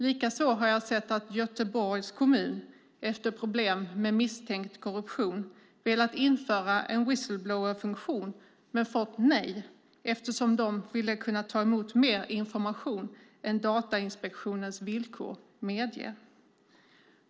Likaså har jag sett att Göteborgs kommun, efter problem med misstänkt korruption, velat införa en whistle-blower-funktion men fått nej eftersom de vill ha möjlighet att ta emot mer information än Datainspektionens villkor medger.